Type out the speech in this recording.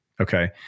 Okay